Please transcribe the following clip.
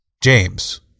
James